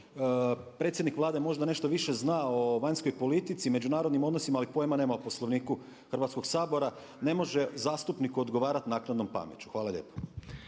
predsjednik Vlade možda nešto više zna o vanjskoj politici, međunarodnim odnosima ali pojma nema o Poslovniku Hrvatskoga sabora. Ne može zastupniku odgovarati naknadnom pameću. Hvala lijepo.